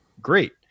great